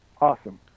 Awesome